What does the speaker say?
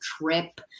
trip